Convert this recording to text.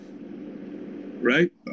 Right